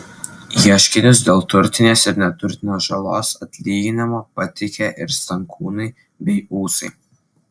ieškinius dėl turtinės ir neturtinės žalos atlyginimo pateikė ir stankūnai bei ūsai